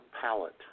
palette